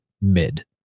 mid